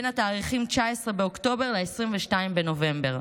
בין התאריכים 19 באוקטובר ו-22 בנובמבר.